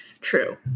True